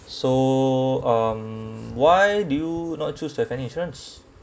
so um why do you not choose to have any insurance